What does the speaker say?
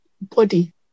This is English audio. body